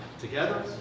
together